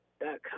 dot